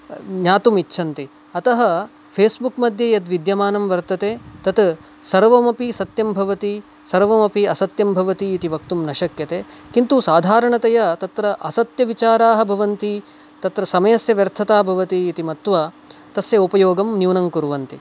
ज्ञातुमिच्छन्ति अतः फेस्बुक् मध्ये यद्विद्यमानं वर्तते तत् सर्वमपि सत्यं भवति सर्वमपि असत्यं भवति इति वक्तुं न शक्यते किन्तु साधारणतया तत्र असत्यविचाराः भवन्ति तत्र समयस्य व्यर्थता भवति इति मत्वा तस्य उपयोगं न्यूनं कुर्वन्ति